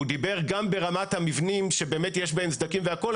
הוא דיבר גם ברמת המבנים שבאמת יש בהם סדקים והכל.